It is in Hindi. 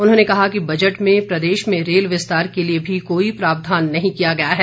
उन्होंने कहा कि बजट में प्रदेश में रेल विस्तार के लिए भी कोई प्रावधान नहीं किया गया है